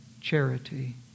charity